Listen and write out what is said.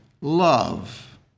love